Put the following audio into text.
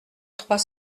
trois